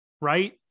right